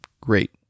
Great